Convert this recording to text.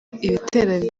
ibitero